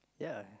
ya